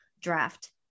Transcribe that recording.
draft